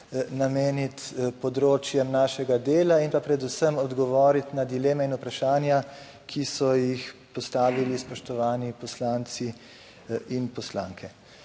nameniti področjem našega dela in predvsem odgovoriti na dileme in vprašanja, ki so jih postavili spoštovani poslanci in poslanke.